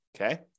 okay